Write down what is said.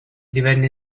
divenne